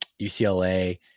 ucla